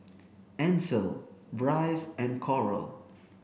Ansel Brice and Coral